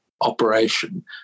operation